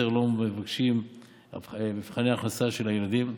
יותר לא מבקשים מבחני הכנסה של הילדים,